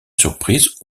surprise